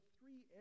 three